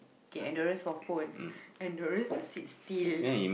kay endurance for phone endurance to sit still